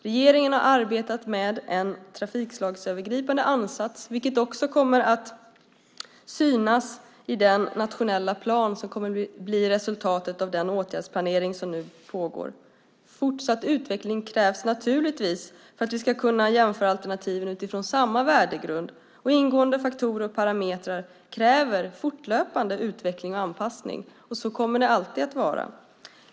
Regeringen har arbetat med en trafikslagsövergripande ansats, vilket kommer att synas i den nationella plan som blir resultatet av den åtgärdsplanering som nu pågår. Fortsatt utveckling krävs naturligtvis för att vi ska kunna jämföra alternativen utifrån samma värdegrund. Ingående faktorer och parametrar kräver fortlöpande utveckling och anpassning. Så kommer det alltid att vara.